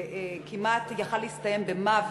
וזה יכול היה להסתיים במוות.